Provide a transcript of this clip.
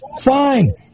Fine